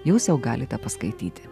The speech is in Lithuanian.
jūs jau galite paskaityti